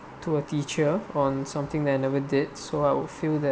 to a teacher on something that I never did so I would feel that